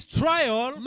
trial